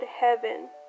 heaven